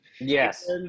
Yes